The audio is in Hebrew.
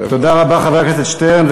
תודה רבה, חבר הכנסת שטרן.